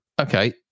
Okay